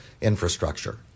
infrastructure